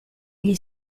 gli